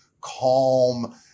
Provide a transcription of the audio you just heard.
calm